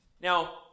Now